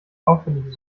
auffällig